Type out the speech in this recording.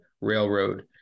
railroad